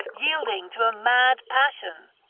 yielding to a mad passion.